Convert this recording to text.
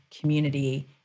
community